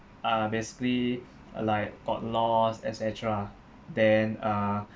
uh basically uh like got lost et cetera then uh